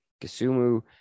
Kisumu